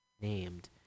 named